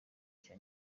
cya